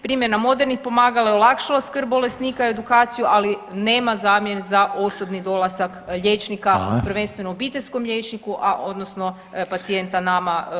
Primjena modernih pomagala je olakšala skrb bolesnika i edukaciju, ali nema zamjene za osobni dolazak liječnika [[Upadica Reiner: Hvala.]] prvenstveno obiteljskom liječniku, a odnosno pacijenta nama dijabetolozima.